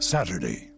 Saturday